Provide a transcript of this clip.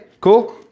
Cool